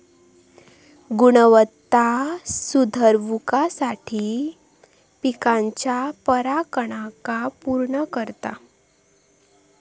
गुणवत्ता सुधरवुसाठी पिकाच्या परागकणांका पुर्ण करता